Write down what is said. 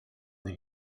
that